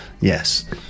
Yes